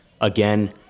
again